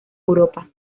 europa